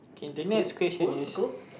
cool cool cool